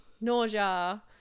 nausea